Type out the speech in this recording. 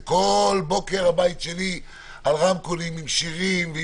כל בוקר הבית שלי על רמקולים עם שירים.